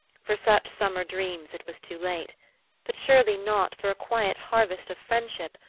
for such summer dreams it was too late but surely not for a quiet harvest of friendship,